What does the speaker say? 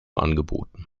angeboten